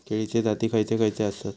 केळीचे जाती खयचे खयचे आसत?